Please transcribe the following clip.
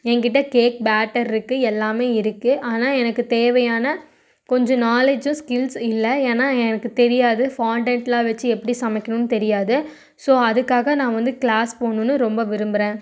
எங்கள்கிட்ட cake batter இருக்கு எல்லாமே இருக்கு ஆனால் எனக்கு தேவையான கொஞ்சம் நாலேஜும் ஸ்கில்ஸ் இல்லை ஏன்னா எனக்கு தெரியாது ஃபாண்டென்ட்லாம் வச்சி எப்படி சமைக்கணுன்னு தெரியாது ஸோ அதுக்காக நான் வந்து கிளாஸ் போணுன்னு ரொம்ப விரும்புறேன்